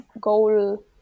goal